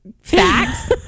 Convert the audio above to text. facts